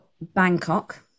Bangkok